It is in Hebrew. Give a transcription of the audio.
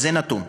זה נתון.